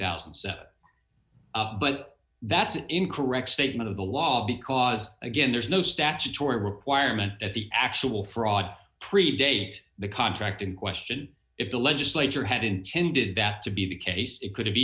thousand but that's an incorrect statement of the law because again there's no statutory requirement at the actual fraud predate the contract in question if the legislature had intended that to be the case it could have